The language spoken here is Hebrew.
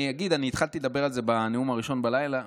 התחלתי לדבר על זה בנאום הראשון בלילה,